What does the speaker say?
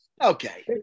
Okay